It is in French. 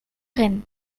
reine